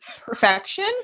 perfection